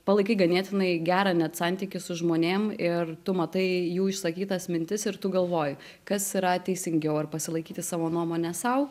palaikai ganėtinai gerą net santykį su žmonėm ir tu matai jų išsakytas mintis ir tu galvoji kas yra teisingiau ar pasilaikyti savo nuomonę sau